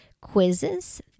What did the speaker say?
quizzes